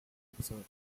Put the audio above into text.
episodes